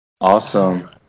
awesome